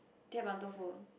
Tie Ban doufu